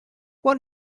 why